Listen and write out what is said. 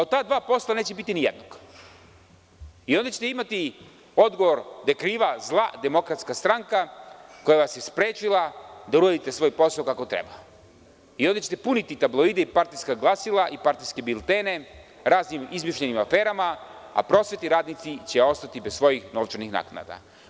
Od ta dva posla neće biti nijednog o onda ćete imati odgovor da je kriva zla DS koja vas je sprečila da uradite svoj posao kako treba i onda ćete puniti tabloide i partijska glasila i partijske biltene raznim izmišljenim aferama, a prosvetni radnici će ostati bez svojih novčanih nagrada.